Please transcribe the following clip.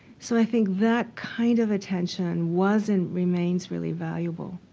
so i think that kind of attention was and remains really valuable.